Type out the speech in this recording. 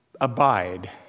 Abide